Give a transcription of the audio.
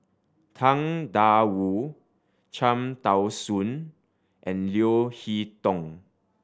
Tang Da Wu Cham Tao Soon and Leo Hee Tong